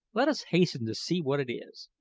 let us hasten to see what it is.